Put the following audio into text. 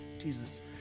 Jesus